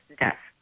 death